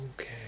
Okay